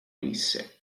ulisse